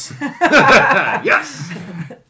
Yes